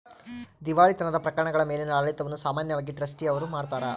ದಿವಾಳಿತನದ ಪ್ರಕರಣಗಳ ಮೇಲಿನ ಆಡಳಿತವನ್ನು ಸಾಮಾನ್ಯವಾಗಿ ಟ್ರಸ್ಟಿ ಅವ್ರು ಮಾಡ್ತಾರ